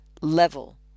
level